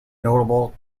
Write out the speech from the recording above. notable